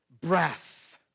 breath